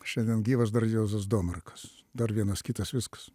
šiandien gyvas dar juozas domarkas dar vienas kitas viskas